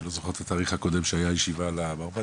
אני לא זוכר את התאריך הקודם שהייתה ישיבה על המרב"ד,